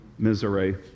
misery